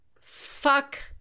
fuck